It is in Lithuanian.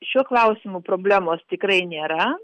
šiuo klausimu problemos tikrai nėra